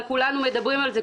אבל כולנו מדברים על זה.